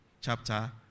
chapter